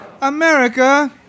America